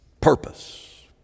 purpose